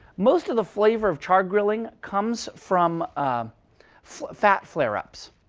most of the flavor of chargrilling comes from fat flareups.